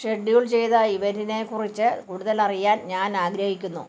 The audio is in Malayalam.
ഷെഡ്യൂൾ ചെയ്ത ഇവന്റിനെ കുറിച്ച് കൂടുതലറിയാൻ ഞാൻ ആഗ്രഹിക്കുന്നു